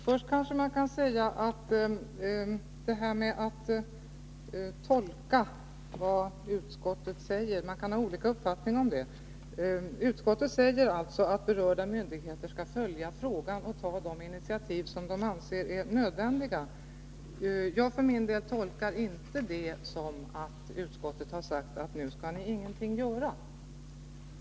Fru talman! När man skall tolka vad utskottet säger kan man ju ha olika uppfattningar. Utskottet säger alltså att berörda myndigheter skall följa frågan och ta de initiativ som de anser är nödvändiga. Jag för min del tolkar inte det som att utskottet har sagt att nu skall man ingenting göra.